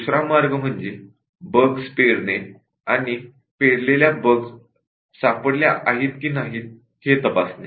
दुसरा मार्ग म्हणजे सीड द बग्स आणि सीड केलेल्या बग्स सापडल्या आहेत की नाही हे तपासणे